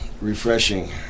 Refreshing